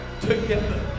together